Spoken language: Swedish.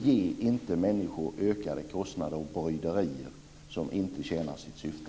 Ge inte människor ökade kostnader och bryderier som inte tjänar sitt syfte!